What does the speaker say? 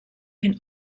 can